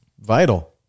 vital